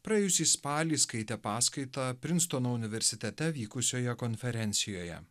praėjusį spalį skaitė paskaitą prinstono universitete vykusioje konferencijoje